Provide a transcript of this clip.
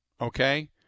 okay